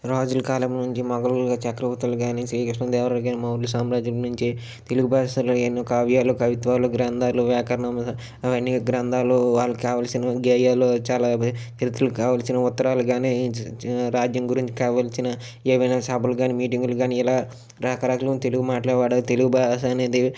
రాజుల కాలం నుంచి మొగలుల చక్రవర్తులు కానీ శ్రీకృష్ణదేవరా కానీ మౌర్య సామ్రాజ్యం నుంచి తెలుగు భాషలో ఎన్నో కావ్యాలు కవిత్వాలు గ్రంథాలు వ్యాకరణ అవన్నీ గ్రంథాలు వాళ్ళకి కావలసిన గేయాలు చాలానే చరిత్రకు కావలసిన ఉత్తరాలు కానీ రాజ్యం గురించి కావలసిన ఏవైనా సభలు కానీ మీటింగ్లు కానీ ఇలా రకరకాలుగా తెలుగు మాట్లాడేవారు తెలుగు భాష అనేది